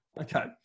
okay